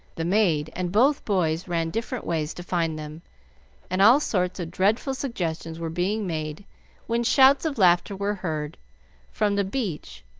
the maid, and both boys ran different ways to find them and all sorts of dreadful suggestions were being made when shouts of laughter were heard from the beach,